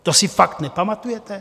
To si fakt nepamatujete?